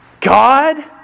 God